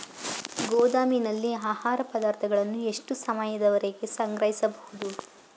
ಗೋದಾಮಿನಲ್ಲಿ ಆಹಾರ ಪದಾರ್ಥಗಳನ್ನು ಎಷ್ಟು ಸಮಯದವರೆಗೆ ಸಂಗ್ರಹಿಸಬಹುದು?